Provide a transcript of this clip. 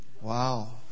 Wow